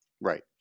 Right